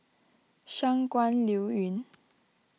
Shangguan Liuyun